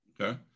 Okay